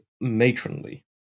matronly